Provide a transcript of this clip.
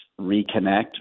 reconnect